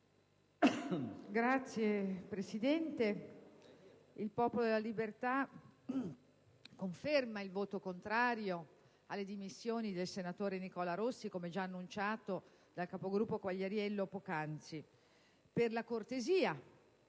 Signor Presidente, il Popolo della Libertà conferma il voto contrario alle dimissioni del senatore Nicola Rossi, come già annunciato poc'anzi dal senatore Quagliariello, per la cortesia